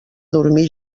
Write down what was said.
dormir